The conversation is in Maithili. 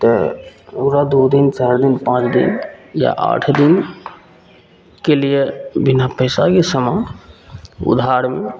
तऽ ओकरा दुइ दिन चारि दिन पाँच दिन या आठ दिनके लिए बिना पइसाके समान उधारमे